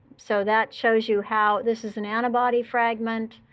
so that shows you how this is an antibody fragment.